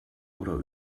oder